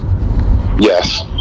Yes